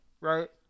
Right